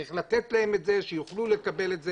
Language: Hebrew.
צריך לתת להם את זה, שיוכלו לקבל את זה.